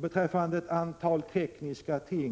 upp ett antal tekniska ting.